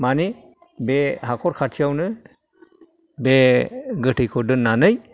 माने बे हाख'र खाथियावनो बे गोथैखौ दोन्नानै